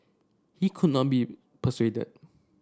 he could not be persuaded